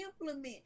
implement